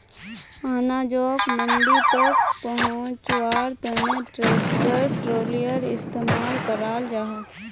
अनाजोक मंडी तक पहुन्च्वार तने ट्रेक्टर ट्रालिर इस्तेमाल कराल जाहा